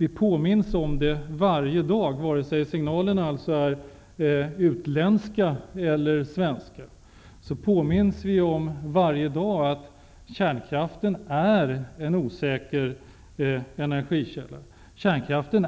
Vi påminns varje dag -- signalerna kan vara utländska eller svenska -- om att kärnkraften är en osäker energikälla. Kärnkraften